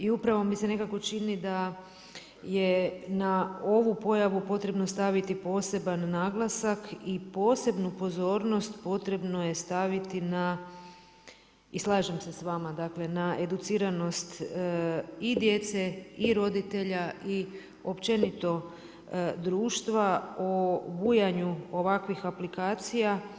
I upravo mi se nekako čini da je na ovu pojavu potrebno staviti poseban naglasak i posebnu pozornost potrebno je staviti na i slažem se sa vama, dakle na educiranost i djece i roditelja i općenito društva o bujanju ovakvih aplikacija.